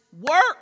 work